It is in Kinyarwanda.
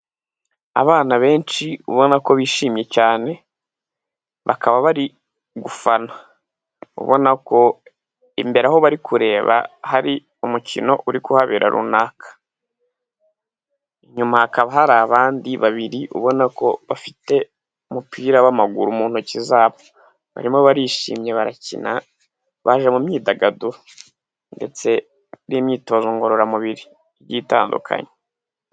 Abana benshi ubona ko bishimye cyane bakaba bari gufana ubona ko imbere aho bari kureba hari umukino uri kuhabera runaka, inyuma hakaba hari abandi babiri ubona ko bafite umupira w'amaguru mu ntoki zabo, barimo barishimye barakina baje mu myidagaduro ndetse n'imyitozo ngororamubiri igiye itandukanye.